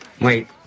Wait